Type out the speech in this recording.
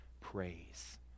praise